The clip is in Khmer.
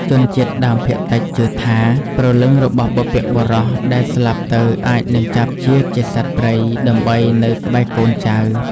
ជនជាតិដើមភាគតិចជឿថា ព្រលឹងរបស់បុព្វបុរសដែលស្លាប់ទៅអាចនឹងចាប់ជាតិជាសត្វព្រៃដើម្បីនៅក្បែរកូនចៅ។